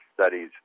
studies